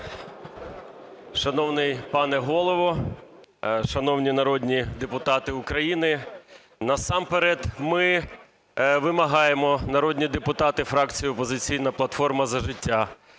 Ю.О. Шановний пане Голово, шановні народні депутати України! Насамперед ми вимагаємо, народні депутати фракції "Опозиційна платформа – За життя",